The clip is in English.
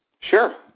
Sure